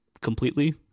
completely